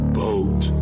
boat